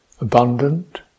Abundant